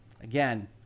Again